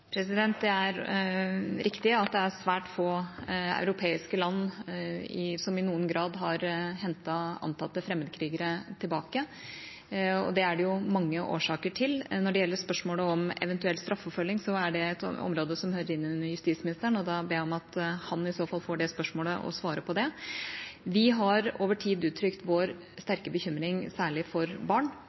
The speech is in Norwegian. Det er riktig at det er svært få europeiske land som i noen grad har hentet antatte fremmekrigere tilbake, og det er det mange årsaker til. Når det gjelder spørsmålet om eventuell straffeforfølging, er det et område som hører inn under justisministeren, og da ber jeg om at han i så fall får det spørsmålet og svarer på det. Vi har over tid uttrykt vår sterke bekymring for særlig barn. Det er også derfor vi har hentet hjem fem foreldreløse barn